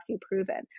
proven